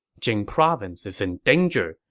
jing province is in danger,